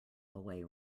away